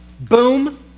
Boom